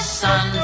sun